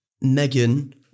Megan